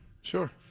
Sure